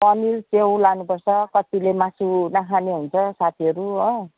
पनिर च्याउ लानुपर्छ कतिले मासु नखाने हुन्छ साथीहरू हो